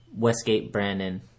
WestgateBrandon